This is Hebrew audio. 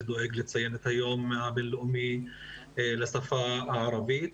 ודואג לציין את היום הבינלאומי לשפה הערבית.